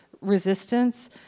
resistance